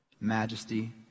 majesty